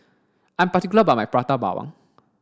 I'm particular about my Prata Bawang